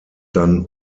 dann